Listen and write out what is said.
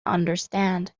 understand